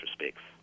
respects